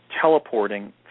teleporting